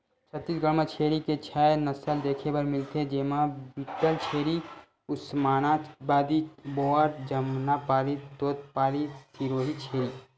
छत्तीसगढ़ म छेरी के छै नसल देखे बर मिलथे, जेमा बीटलछेरी, उस्मानाबादी, बोअर, जमनापारी, तोतपारी, सिरोही छेरी